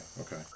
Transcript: Okay